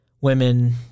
women